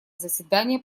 заседание